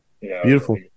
Beautiful